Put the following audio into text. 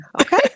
okay